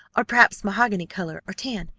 or perhaps mahogany color or tan.